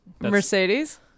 Mercedes